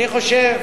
אני חושב